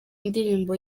indirimbo